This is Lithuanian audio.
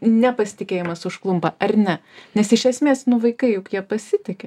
nepasitikėjimas užklumpa ar ne nes iš esmės vaikai juk jie pasitiki